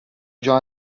già